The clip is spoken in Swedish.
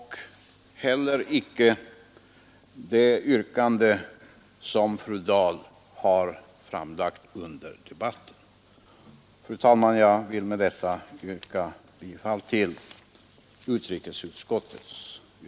Vi kan inte heller biträda det yrkande som fru Dahl framlagt under debatten. Fru talman! Jag vill med detta yrka bifall till utrikesutskottets hemställan.